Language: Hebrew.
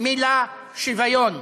המילה "שוויון".